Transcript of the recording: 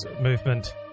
movement